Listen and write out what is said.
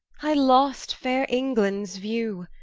i lost faire englands view,